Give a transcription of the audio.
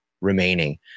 remaining